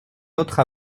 autre